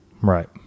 Right